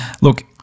look